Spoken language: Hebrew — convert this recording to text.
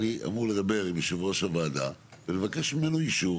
אני אמור לדבר עם יושב-ראש הוועדה ולבקש ממנו אישור.